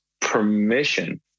permission